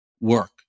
work